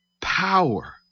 power